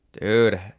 dude